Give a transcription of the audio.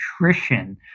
nutrition